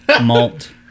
malt